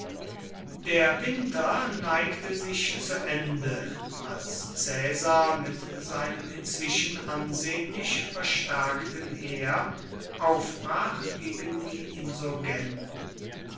der winter neigte sich zu ende als caesar mit seinem inzwischen ansehnlich verstärkten heer aufbrach gegen die insurgenten